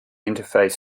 interface